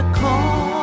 call